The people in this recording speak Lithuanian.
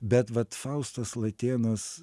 bet vat faustas latėnas